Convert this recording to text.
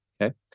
okay